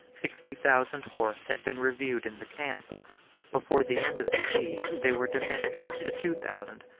sixty thousand horse had been reviewed in the camp before the end of the siege they were diminished to two thousand,